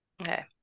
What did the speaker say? okay